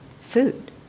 food